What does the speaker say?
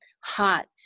hot